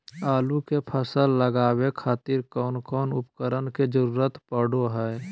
आलू के फसल लगावे खातिर कौन कौन उपकरण के जरूरत पढ़ो हाय?